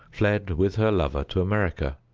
fled with her lover to america.